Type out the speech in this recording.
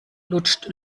lutscht